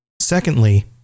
Secondly